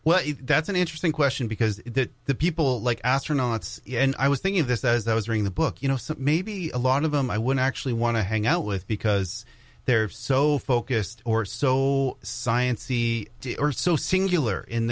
well that's an interesting question because the people like astronauts and i was thinking of this as i was reading the book you know so maybe a lot of them i would actually want to hang out with because there's so focused or soul science e d or so singular in